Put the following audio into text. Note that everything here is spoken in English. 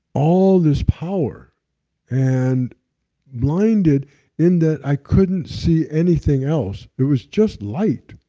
all this power and blinded in that i couldn't see anything else, it was just light.